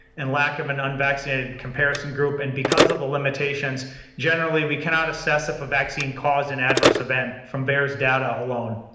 and lack of an unvaccinated comparison group, and because of the limitations generally we cannot assess if a vaccine caused an adverse event from vers data alone.